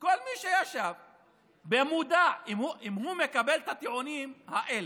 כל מי שישב במודע, אם הוא מקבל את הטיעונים האלה,